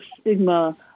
stigma